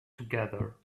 together